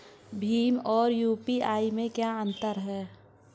भीम और यू.पी.आई में क्या अंतर है?